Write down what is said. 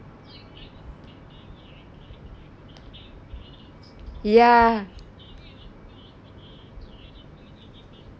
ya